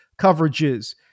coverages